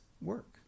work